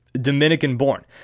Dominican-born